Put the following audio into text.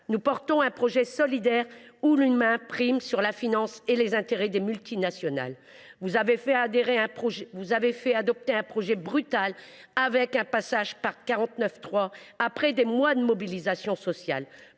nous défendons un projet solidaire où l’humain prime la finance et les intérêts des multinationales. Vous avez fait adopter un projet brutal, en recourant au 49.3 après des mois de mobilisation sociale.